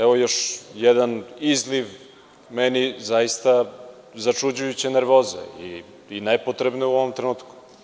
Evo, još jedan izliv meni zaista začuđujuće nervoze i nepotrebne u ovom trenutku.